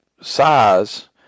size